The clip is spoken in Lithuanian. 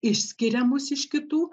išskiria mus iš kitų